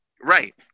Right